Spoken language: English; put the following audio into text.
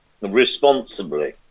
Responsibly